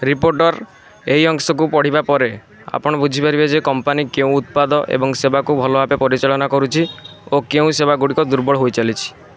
reporter ଏହି ଅଂଶକୁ ପଢ଼ିବା ପରେ ଆପଣ ବୁଝିପାରିବେ ଯେ କମ୍ପାନୀ କେଉଁ ଉତ୍ପାଦ ଏବଂ ସେବାକୁ ଭଲ ଭାବେ ପରିଚାଳନା କରୁଛି ଓ କେଉଁ ସେବାଗୁଡ଼ିକ ଦୁର୍ବଳ ହୋଇଚାଲିଛି